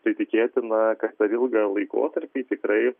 tai tikėtina kad per ilgą laikotarpį tikrai